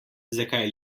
zakaj